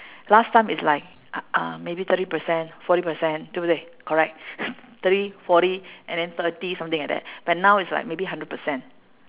last time is like uh uh maybe thirty percent forty percent 对不对 correct thirty forty and then thirty something like that but now is like maybe hundred percent